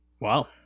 Wow